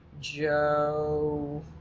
Joe